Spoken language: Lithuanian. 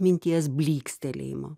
minties blykstelėjimo